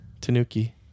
Tanuki